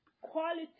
quality